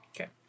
Okay